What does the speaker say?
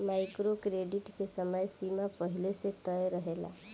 micro credit के समय सीमा पहिले से तय रहेला